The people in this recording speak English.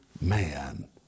man